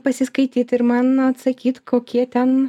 pasiskaityt ir man atsakyt kokie ten